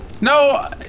No